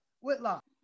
Whitlock